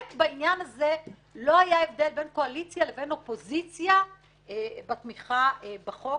בעניין הזה לא היה הבדל בין קואליציה לבין אופוזיציה בתמיכה בחוק